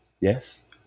yes